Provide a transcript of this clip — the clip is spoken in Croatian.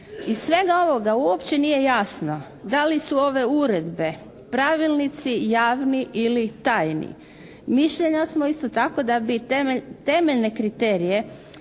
Iz svega ovoga uopće nije jasno da li su ove uredbe, pravilnici javni ili tajni. Mišljenja smo isto tako da bi temeljne kriterije